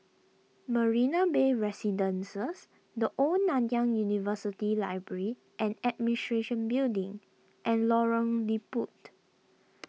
Marina Bay Residences the Old Nanyang University Library and Administration Building and Lorong Liput